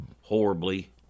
horribly